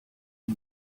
two